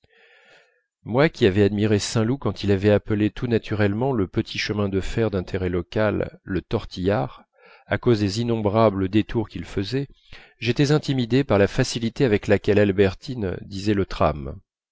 moi qui avais admiré saint loup quand il avait appelé tout naturellement le petit chemin de fer d'intérêt local le tortillard à cause des innombrables détours qu'il faisait j'étais intimidé par la facilité avec laquelle albertine disait le tram